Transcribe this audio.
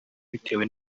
bitewe